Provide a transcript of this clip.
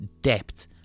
depth